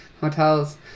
hotels